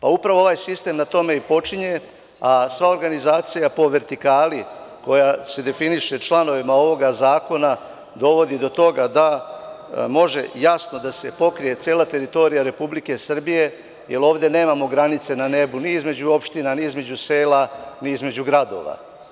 Pa, upravo ovaj sistem na tome i počinje, a sva organizacija po vertikali koja se definiše članovima ovoga zakona dovodi do toga da može jasno da se pokrije cela teritorija Republike Srbije, jer ovde nemamo granice na nebu ni između opština, ni između sela, ni između gradova.